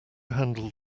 handle